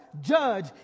Judge